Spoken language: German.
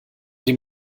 dem